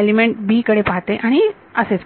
element 'b' कडे पाहते आणि असेच पुढे